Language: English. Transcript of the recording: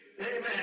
Amen